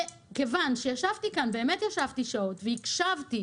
ישבתי כאן שעות והקשבתי